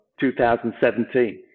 2017